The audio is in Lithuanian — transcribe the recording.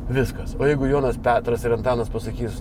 viskas o jeigu jonas petras ir antanas pasakys